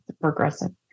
progressive